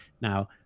now